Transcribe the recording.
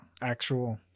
actual